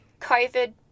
COVID